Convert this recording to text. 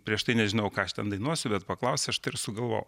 prieš tai nežinojau ką aš ten dainuosiu bet paklausė aš tai ir sugalvojau